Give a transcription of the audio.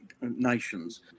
nations